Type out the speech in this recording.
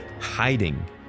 hiding